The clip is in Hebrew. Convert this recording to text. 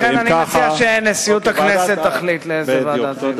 לכן אני מציע שנשיאות הכנסת תחליט לאיזו ועדה זה ילך.